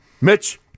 Mitch